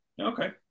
Okay